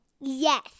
Yes